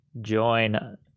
join